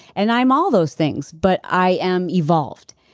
and i'm all those things. but i am evolved.